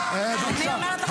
פחדנים -- בבקשה.